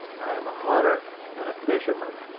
i am a hunter and a fisherman,